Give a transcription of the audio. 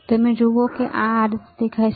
તમે જુઓ તે આ રીતે દેખાય છે